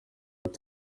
ati